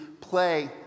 play